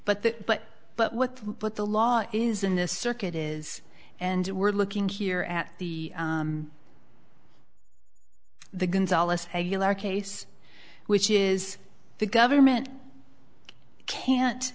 that but but what what the law is in this circuit is and we're looking here at the the gonzales case which is the government can't